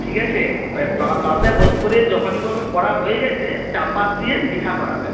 ঠিক আছে পাশে বসা করে যখনই বলবে পড়া হয়ে গেছে চাপা দিয়ে লেখা করাবেন